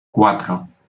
cuatro